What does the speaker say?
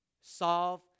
Solve